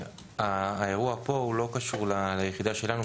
האירוע פה לא קשור ליחידה שלנו,